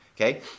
okay